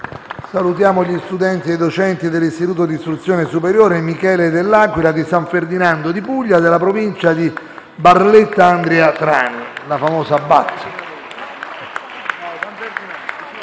agli studenti e ai docenti dell'Istituto di istruzione superiore «Michele dell'Aquila» di San Ferdinando di Puglia, della provincia di Barletta-Andria-Trani.